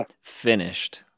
finished